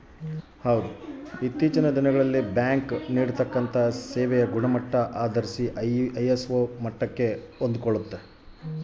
bank ಇಂದು ಗುಣಮಟ್ಟ ISO ಮಟ್ಟಕ್ಕೆ ಹೊಂದ್ಕೊಳ್ಳುತ್ತ